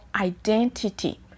identity